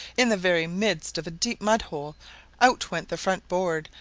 in the very midst of a deep mud-hole out went the front board,